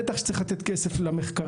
ובטח שצריך לתת כסף למחקרים,